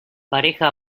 pareja